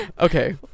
Okay